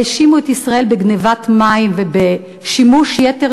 האשימו את ישראל בגנבת מים ובשימוש יתר